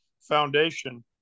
foundation